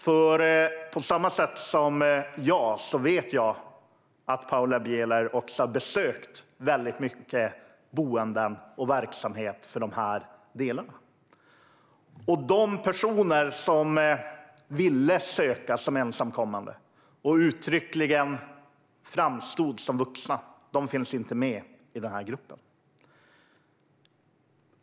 Jag vet att Paula Bieler precis som jag har besökt väldigt många boenden och verksamheter för dessa personer. De som ville söka som ensamkommande och uttryckligen framstod som vuxna finns inte med i denna grupp.